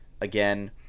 again